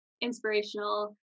inspirational